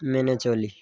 মেনে চলি